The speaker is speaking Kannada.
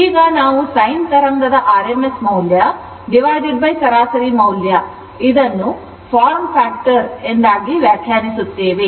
ಈಗ ನಾವು ಸೈನ್ ತರಂಗದ rms ಮೌಲ್ಯ ಸರಾಸರಿ ಮೌಲ್ಯ form factor ಎಂಬುದಾಗಿ ವ್ಯಾಖ್ಯಾನಿಸುತ್ತೇವೆ